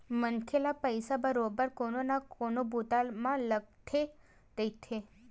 मनखे ल पइसा बरोबर कोनो न कोनो बूता म लगथे रहिथे